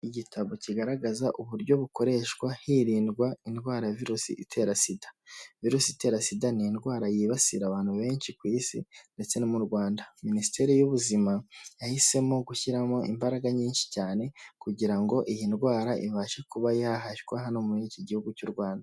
Igitabo kigaragaza uburyo bukoreshwa hirindwa indwara ya virusi itera sida, virusi itera sida ni indwara yibasira abantu benshi ku isi ndetse no mu Rwanda. Minisiteri y'ubuzima yahisemo gushyiramo imbaraga nyinshi cyane, kugira ngo iyi ndwara ibashe kuba yahashywa hano muri iki gihugu cy'u Rwanda.